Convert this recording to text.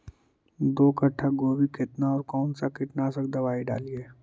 दो कट्ठा गोभी केतना और कौन सा कीटनाशक दवाई डालिए?